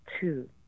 two